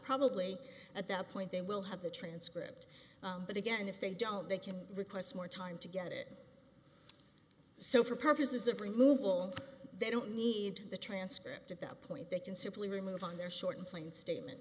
probably at that point they will have the transcript but again if they don't they can request more time to get it so for purposes of removal they don't need the transcript at that point they can simply remove on their sort of plain statement